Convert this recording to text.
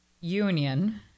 union